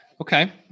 Okay